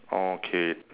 orh okay